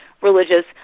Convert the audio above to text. religious